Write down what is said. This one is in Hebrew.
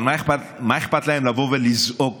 אבל מה אכפת להם לבוא ולזעוק